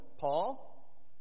Paul